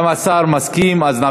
התשע"ו 2015,